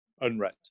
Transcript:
unread